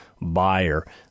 buyer